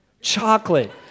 Chocolate